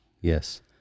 Yes